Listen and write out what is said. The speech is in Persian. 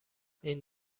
این